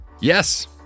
Yes